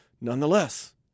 Nonetheless